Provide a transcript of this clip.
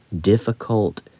difficult